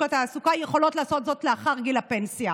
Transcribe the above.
התעסוקה יכולות לעשות זאת לאחר גיל הפנסיה.